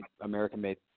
American-made